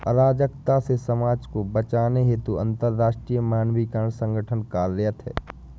अराजकता से समाज को बचाने हेतु अंतरराष्ट्रीय मानकीकरण संगठन कार्यरत है